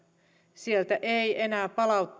sieltä ei enää